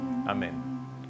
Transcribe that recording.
Amen